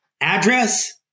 address